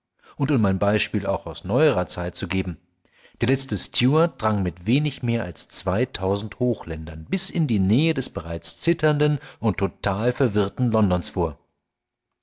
und um ein beispiel auch aus neuerer zeit zu geben der letzte stuart drang mit wenig mehr als zweitausend hochländern bis in die nähe des bereits zitternden und total verwirrten londons vor